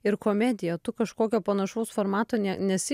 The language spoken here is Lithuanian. ir komediją kažkokio panašaus formato ne nesi